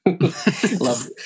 love